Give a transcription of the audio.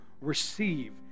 receive